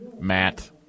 Matt